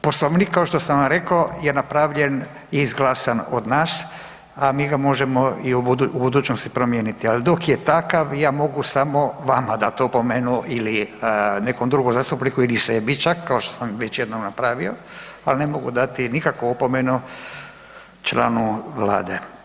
Poslovnik, kao što sam vam rekao je napravljen i izglasan od nas, a mi ga možemo i u budućnosti promijeniti, ali dok je takav, ja mogu samo vama dati opomenu ili nekom drugom zastupniku ili sebi čak, kao što sam već jednom napravio, ali ne mogu dati nikakvu opomenu članu Vlade.